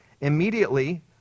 immediately